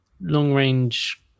long-range